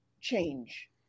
change